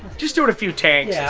just doing a few tanks yeah